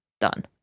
done